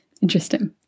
interesting